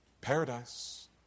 Paradise